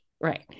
right